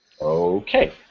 Okay